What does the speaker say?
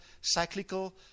cyclical